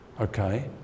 Okay